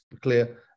clear